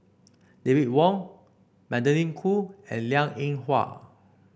David Wong Magdalene Khoo and Liang Eng Hwa